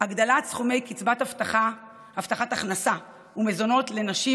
הגדלת סכומי הבטחת הכנסה ומזונות לנשים